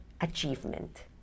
achievement